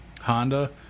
Honda